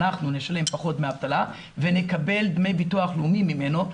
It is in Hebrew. אנחנו נשלם פחות דמי אבטלה ונקבל דמי ביטוח לאומי ממנו,